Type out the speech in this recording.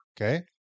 okay